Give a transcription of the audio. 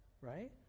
Right